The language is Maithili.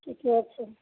ठीके छै